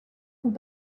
font